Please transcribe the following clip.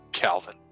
Calvin